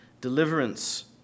deliverance